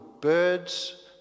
birds